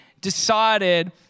decided